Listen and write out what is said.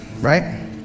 right